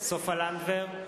סופה לנדבר,